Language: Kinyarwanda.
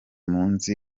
munsi